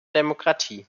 demokratie